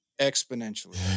exponentially